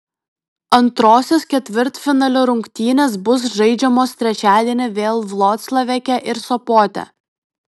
antrosios ketvirtfinalio rungtynės bus žaidžiamos trečiadienį vėl vloclaveke ir sopote